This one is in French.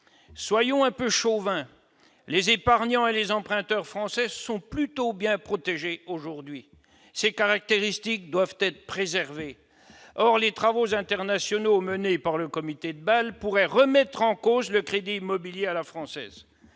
Soyons un peu chauvins ! Les épargnants et les emprunteurs français sont plutôt bien protégés aujourd'hui. Ces caractéristiques doivent donc être préservées. Or les travaux internationaux menés par le Comité de Bâle pourraient remettre en cause le crédit immobilier « à la française